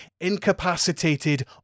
incapacitated